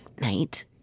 night